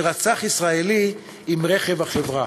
שרצח ישראלי עם רכב החברה?